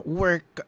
work